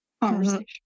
conversation